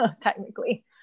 technically